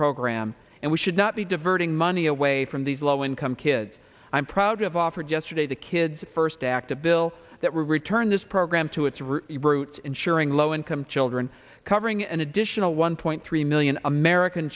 program and we should not be diverting money away from these low income kids i'm proud of offered yesterday to kids first act a bill that will return this program to its roots ensuring low income children covering an additional one point three million american